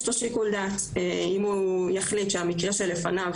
יש לו שיקול דעת אם הוא יחליט שהמקרה שלפניו,